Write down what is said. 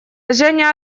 женя